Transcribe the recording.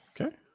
Okay